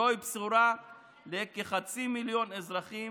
זוהי בשורה לכחצי מיליון אזרחים